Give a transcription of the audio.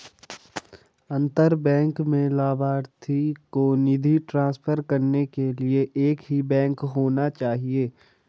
अंतर बैंक में लभार्थी को निधि ट्रांसफर करने के लिए एक ही बैंक होना चाहिए